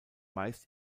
meist